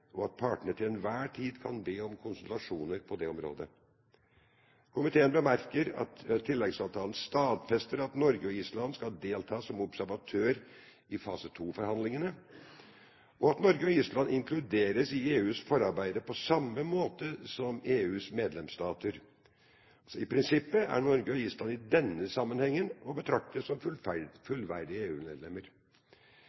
og at partene til enhver tid kan be om konsultasjoner på dette området. Komiteen bemerker at tilleggsavtalen stadfester at Norge og Island skal delta som observatør i fase II-forhandlingene, og at Norge og Island inkluderes i EUs forarbeid på samme måte som EUs medlemsstater. I prinsippet er Norge og Island i denne sammenhengen å betrakte som